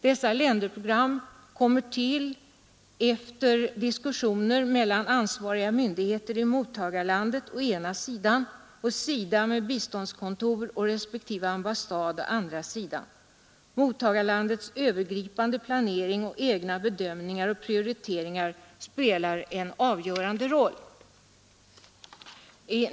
Dessa länderprogram kommer till efter diskussioner mellan ansvariga myndigheter i mottagarlandet å ena sidan och SIDA med biståndskontor och respektive ambassad å andra sidan. Mottagarlandets övergripande planering och egna bedömningar och prioriteringar spelar en avgörande roll.